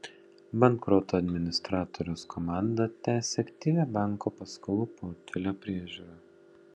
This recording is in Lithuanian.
bankroto administratoriaus komanda tęsia aktyvią banko paskolų portfelio priežiūrą